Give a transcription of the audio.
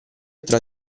tra